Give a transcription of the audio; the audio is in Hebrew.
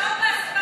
זה חלום באספמיה.